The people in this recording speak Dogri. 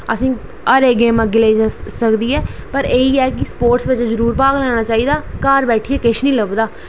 ते असेंगी हर इक गेम अग्गै लेई सकदी ऐ पर एह् ऐ कि स्पोर्टस बिच जरूर भाग लैना चाहिदा घर बैठियै किश निं लभदा